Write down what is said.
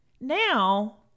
now